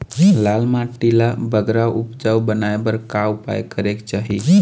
लाल माटी ला बगरा उपजाऊ बनाए बर का उपाय करेक चाही?